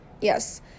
Yes